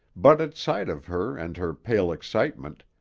but at sight of her and her pale excitement,